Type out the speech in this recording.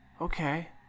okay